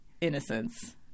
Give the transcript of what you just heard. Innocence